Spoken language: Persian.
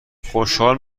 خوشحال